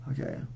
okay